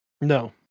No